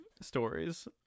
stories